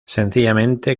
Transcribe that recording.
sencillamente